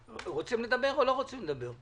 אתם רוצים לדבר או לא רוצים לדבר?